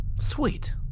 Sweet